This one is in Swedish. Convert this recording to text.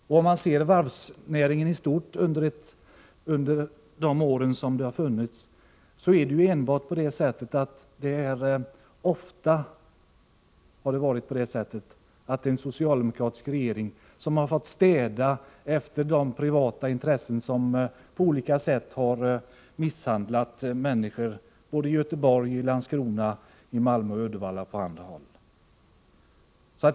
Om man ser varvsnäringen i stort under de år då den har existerat, finner man att det ofta har varit en socialdemokratisk regering som har fått städa efter de privata intressen som på olika sätt har misshandlat människor — i Göteborg, i Landskrona, i Malmö, i Uddevalla och på andra håll.